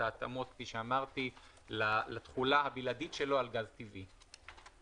ההתאמות כפי אמרתי לתחולה הבלעדית שלו על גז טבעי.